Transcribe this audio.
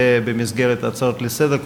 במסגרת הצעות לסדר-יום,